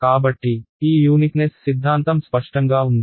కాబట్టి ఈ యూనిక్నెస్ సిద్ధాంతం స్పష్టంగా ఉంది